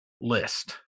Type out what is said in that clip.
list